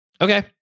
Okay